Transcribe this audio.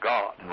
God